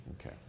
Okay